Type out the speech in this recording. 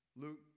Luke